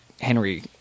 henry